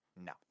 No